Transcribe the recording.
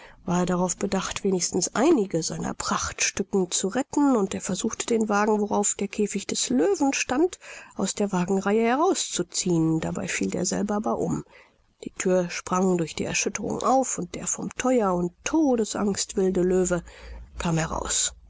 war er darauf bedacht wenigstens einige seiner prachtstücken zu retten und er versuchte den wagen worauf der käfig des löwen stand aus der wagenreihe herauszuziehen dabei fiel derselbe aber um die thür sprang durch die erschütterung auf und der vom feuer und todesangst wilde löwe kam heraus